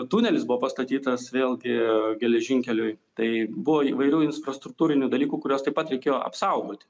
tunelis buvo pastatytas vėlgi geležinkeliui tai buvo įvairių infrastruktūrinių dalykų kuriuos taip pat reikėjo apsaugoti